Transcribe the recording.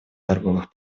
торговых